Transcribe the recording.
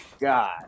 god